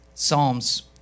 Psalms